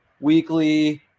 weekly